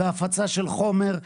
הפצה של חומר,